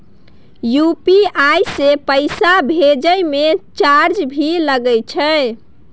UPI से पैसा भेजै म चार्ज भी लागे छै?